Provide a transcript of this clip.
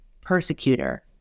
persecutor